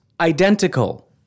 identical